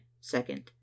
second